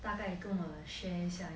大概跟我 share 一下